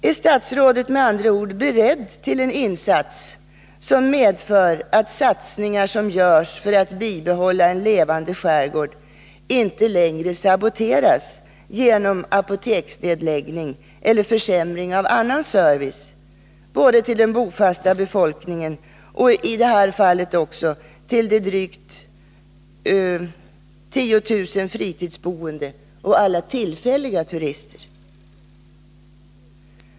Är statsrådet med andra ord beredd till en insats som medför att satsningar som görs för att bibehålla en levande skärgård inte längre saboteras genom apoteksnedläggning eller försämring av annan service, både till den bofasta befolkningen och — som i det här fallet — till de drygt 10000 fritidsboende och alla tillfälliga turister?